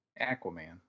Aquaman